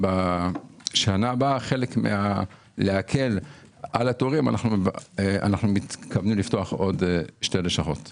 בשנה הבאה חלק מלהקל על התורים אנו מתכוונים לפתוח עוד 2 לשכות.